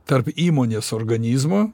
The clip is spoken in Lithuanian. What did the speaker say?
tarp įmonės organizmo